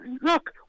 Look